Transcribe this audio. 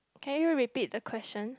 can you repeat the question